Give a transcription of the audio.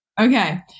okay